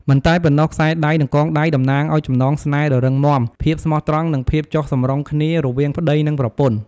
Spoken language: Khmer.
មិនតែប៉ុណ្ណោះខ្សែដៃ និងកងដៃ តំណាងឱ្យ ចំណងស្នេហ៍ដ៏រឹងមាំ ភាពស្មោះត្រង់ និងភាពចុះសម្រុងគ្នា រវាងប្តីនិងប្រពន្ធ។